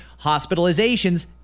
hospitalizations